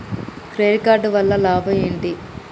Credit card వల్ల లాభం ఏంటి?